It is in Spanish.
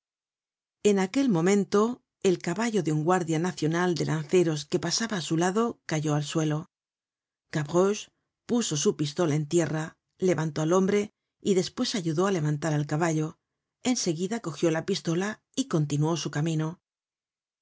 en aquel momento el caballo de un guardia nacional de lanceros que pasaba á su lado cayó al suelo gavroche puso su pistola en tierra levantó al hombre y despues ayudó á levantar al caballo en seguida cogió la pistola y continuó su camino